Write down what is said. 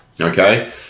okay